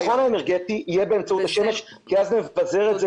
הביטחון האנרגטי יהיה באמצעות השמש כי אז נבזר את זה